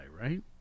right